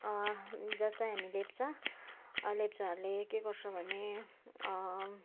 जस्तै हामी लेप्चा लेप्चाहरूले के गर्छ भने